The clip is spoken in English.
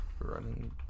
running